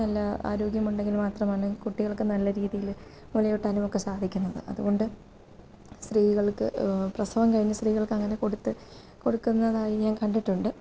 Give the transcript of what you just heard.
നല്ല ആരോഗ്യമുണ്ടെങ്കിൽ മാത്രമാണ് കുട്ടികൾക്കു നല്ല രീതിയില് മൂലയൂട്ടാനുമൊക്കെ സാധിക്കുന്നത് അതുകൊണ്ട് സ്ത്രീകൾക്ക് പ്രസവം കഴിഞ്ഞ സ്ത്രീകൾക്ക് അങ്ങനെ കൊടുത്ത് കൊടുക്കുന്നതായി ഞാൻ കണ്ടിട്ടുണ്ട്